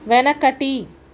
వెనకటి